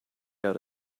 out